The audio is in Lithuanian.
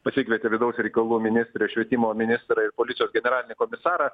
pasikvietė vidaus reikalų ministrę švietimo ministrą ir policijos generalinį komisarą